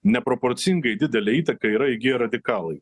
neproporcingai didelę įtaką yra įgiję radikalai